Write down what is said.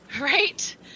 Right